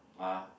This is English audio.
ah